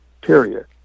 Period